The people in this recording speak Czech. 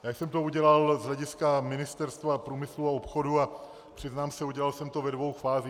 Já jsem to udělal z hlediska Ministerstva průmyslu a obchodu a přiznám se, udělal jsem to ve dvou fázích.